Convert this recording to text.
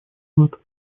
год